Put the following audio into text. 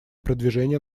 продвижения